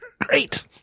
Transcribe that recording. Great